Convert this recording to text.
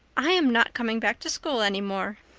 i am not coming back to school any more,